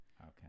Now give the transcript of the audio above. Okay